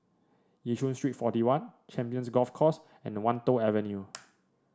Yishun Street Forty one Champions Golf Course and Wan Tho Avenue